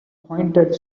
pointed